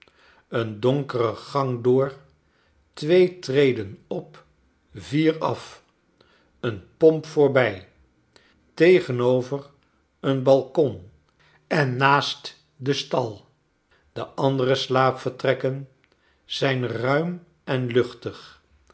een donkere gang door twee treden op vier af eene pomp voorbij tegenover een balkon en naast den stal de andere slaapvertrekken zijn ruim en luchtig